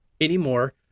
anymore